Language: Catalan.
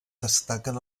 destaquen